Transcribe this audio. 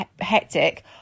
hectic